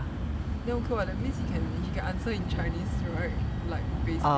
then okay [what] it means he can answer in chinese right like basic